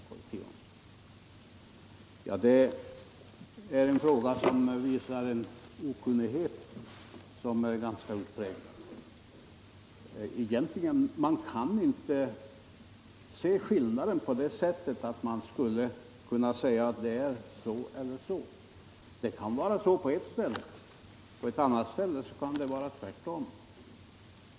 Det är en fråga som avslöjar en ganska stor okunnighet. Man kan inte konstatera att det är någon skillnad och säga att det är så eller så. På ett ställe kan det vara på ett visst sätt och på ett annat kan det vara tvärtom.